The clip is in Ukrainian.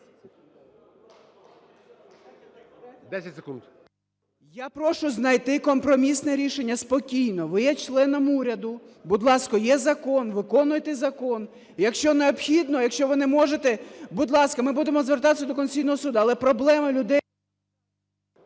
Я прошу знайти компромісне рішення спокійно. Ви є членом уряду, будь ласка, є закон - виконуйте закон. Якщо необхідно, якщо ви не можете, будь ласка, ми будемо звертатися до Конституційного Суду, але проблема людей…